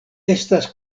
estas